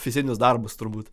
fizinius darbus turbūt